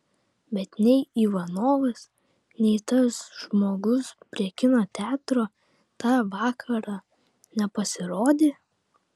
bet nei ivanovas nei tas žmogus prie kino teatro tą vakarą nepasirodė